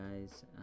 guys